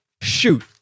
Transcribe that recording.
shoot